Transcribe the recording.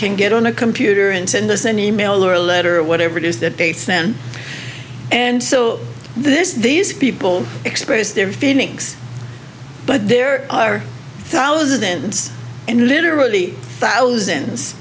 can get on a computer and send us an email or a letter or whatever it is that dates them and so this these people express their feelings but there are thousands and literally thousands